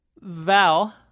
val